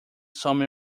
some